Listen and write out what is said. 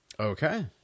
Okay